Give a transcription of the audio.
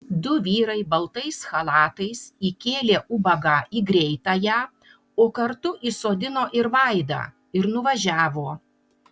du vyrai baltais chalatais įkėlė ubagą į greitąją o kartu įsodino ir vaidą ir nuvažiavo